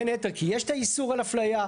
בין היתר כי יש את האיסור על אפליה,